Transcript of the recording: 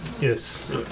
Yes